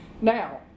now